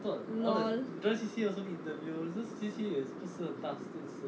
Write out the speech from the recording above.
LOL